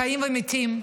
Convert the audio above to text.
חיים ומתים.